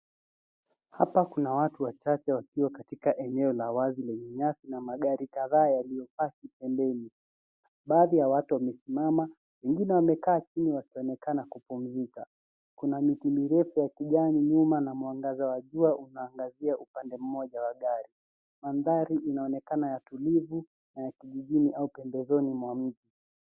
Hapa kuna watu wachache wakiwa katika eneo la wazi lenye nyasi na magari kadhaa waliopaki pembeni. Baadhi ya watu wamesimama, wengine wamekaa chini wakionekana kupumzika. Kuna miti mirefu ya kijani nyuma na mwangaza wa jua unaangazia upande mmoja wa gari. Mandhari inaonekana ya tulivu ya kijijini au pembezoni mwa mji.